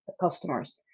customers